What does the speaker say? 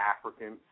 African